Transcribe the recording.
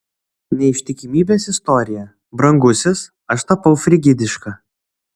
neištikimybės istorija brangusis aš tapau frigidiška